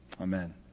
Amen